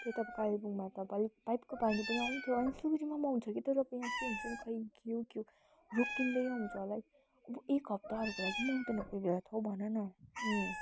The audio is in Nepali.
त्यही त अब कालेबुङमा त अब अलिक पाइपको पानी पनि आउँथ्यो होइन सिलगढीमा पनि आउँछ कि तर अब यहाँ चाहिँ हुन्छ नि खोइ के हो के हो रोकिँदै आउँछ लाइक एक अब हप्ताहरूको लागि पनि आउँदैन कोही बेला त औ भनन